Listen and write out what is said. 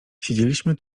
siedzieliśmy